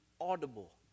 audible